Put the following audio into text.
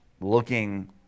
looking